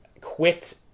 quit